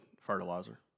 fertilizer